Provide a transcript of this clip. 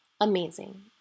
amazing